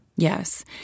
Yes